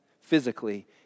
physically